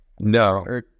No